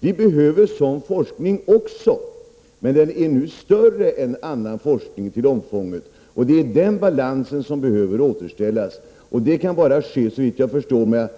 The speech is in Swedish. Vi behöver sådan forskning också, men den är nu större till omfånget än annan forskning. Balansen behöver återställas. Det kan bara ske, såvitt jag förstår,